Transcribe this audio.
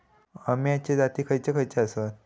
अम्याचे जाती खयचे खयचे आसत?